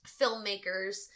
filmmakers